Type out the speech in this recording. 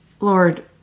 Lord